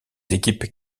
équipes